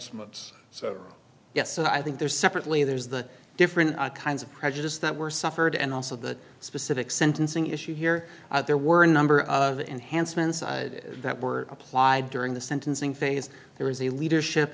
months so yes so i think there's separately there's the different kinds of prejudice that were suffered and also the specific sentencing issue here there were a number of enhancements that were applied during the sentencing phase there was a leadership